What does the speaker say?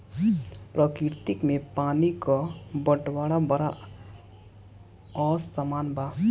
प्रकृति में पानी क बंटवारा बड़ा असमान बा